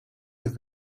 have